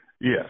Yes